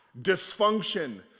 dysfunction